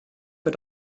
für